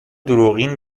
دروغین